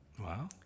Wow